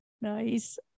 Nice